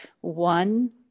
one